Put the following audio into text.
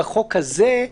בחוק הזה,